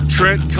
Trent